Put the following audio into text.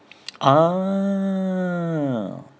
ah